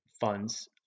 funds